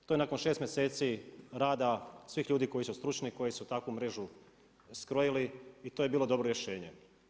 To je nakon 6 mjeseci rada, svih ljudi koji su stručni, koji su takvu mrežu skrojili i to je bilo dobro rješenje.